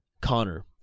Connor